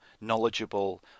knowledgeable